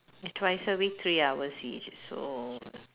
twice a week three hours each so